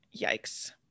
yikes